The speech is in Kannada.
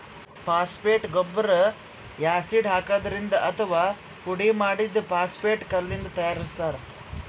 ಫಾಸ್ಫೇಟ್ ಗೊಬ್ಬರ್ ಯಾಸಿಡ್ ಹಾಕಿದ್ರಿಂದ್ ಅಥವಾ ಪುಡಿಮಾಡಿದ್ದ್ ಫಾಸ್ಫೇಟ್ ಕಲ್ಲಿಂದ್ ತಯಾರಿಸ್ತಾರ್